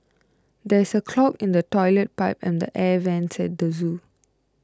there is a clog in the Toilet Pipe and the Air Vents at the zoo